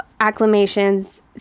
acclamations